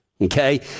okay